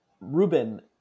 Ruben